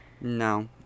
No